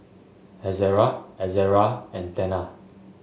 Ezerra Ezerra and Tena